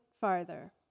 farther